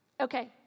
Okay